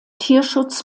tierschutz